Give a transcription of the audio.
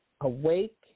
awake